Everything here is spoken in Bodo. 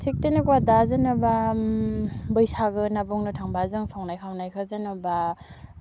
थिक तेनेकवा दा जेनेबा बैसागो होनना बुंनो थांबा जों संनाय खावनायखौ जेन'बा